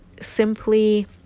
simply